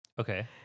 Okay